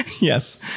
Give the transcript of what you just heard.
Yes